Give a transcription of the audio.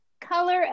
Color